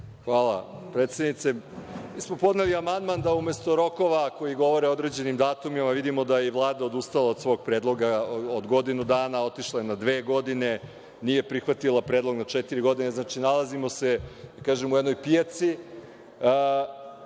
Hvala, predsednice. Mi smo podneli amandman da umesto rokova koji govore o određenim datumima, vidimo da je i Vlada odustala od svog predloga, od godinu dana otišla je na dve godine, nije prihvatila predlog na četiri godine, znači, nalazimo se u jednoj pijaci,